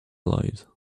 lives